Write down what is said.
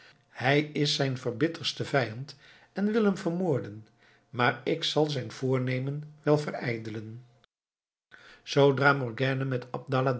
hij is zijn verbitterdste vijand en wil hem vermoorden maar ik zal zijn voornemen wel verijdelen zoodra morgiane met